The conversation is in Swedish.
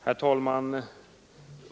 Herr talman!